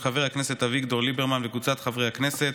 של חבר הכנסת אביגדור ליברמן וקבוצת חברי הכנסת,